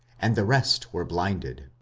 and the rest were blinded.